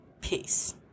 Peace